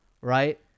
right